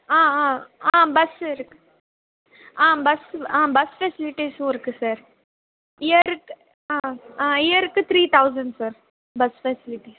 ஆ ஆ ஆ பஸ்ஸு இருக்குது ஆ பஸ் ஆ பஸ் ஃபெசிலிட்டிஸும் இருக்குது சார் இயருக்கு ஆ ஆ இயருக்கு three thousand sir bus facility